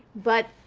but,